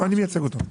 אני מייצג אותה.